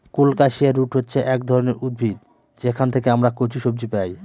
colocasia root হচ্ছে এক ধরনের উদ্ভিদ যেখান থেকে আমরা কচু সবজি পাই